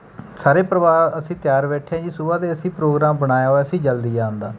ਸਾਰੇ ਪਰਿਵਾਰ ਅਸੀਂ ਤਿਆਰ ਬੈਠੇ ਹਾਂ ਜੀ ਸੁਬਹਾ ਦੇ ਅਸੀਂ ਪ੍ਰੋਗਰਾਮ ਬਣਾਇਆ ਹੋਇਆ ਸੀ ਜਲਦੀ ਜਾਣ ਦਾ